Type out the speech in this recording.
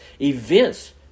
events